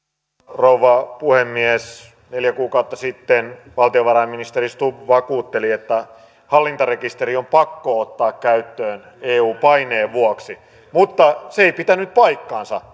rouva puhemies neljä kuukautta sitten valtiovarainministeri stubb vakuutteli että hallintarekisteri on pakko ottaa käyttöön eu paineen vuoksi mutta se ei pitänyt paikkaansa